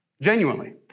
Genuinely